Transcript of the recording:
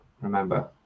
remember